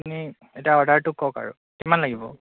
আপুনি এতিয়া অৰ্ডাৰটো কওক আৰু কিমান লাগিব